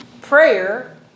prayer